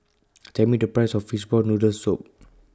Tell Me The Price of Fishball Noodle Soup